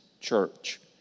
church